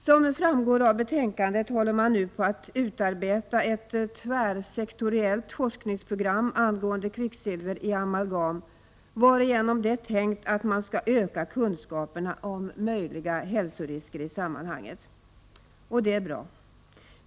Som framgår av betänkandet håller man nu på att utarbeta ett tvärsektoriellt forskningsprogram angående kvicksilver i amalgam, varigenom det är tänkt att kunskaperna om möjliga hälsorisker i sammanhanget skall öka. Det är bra.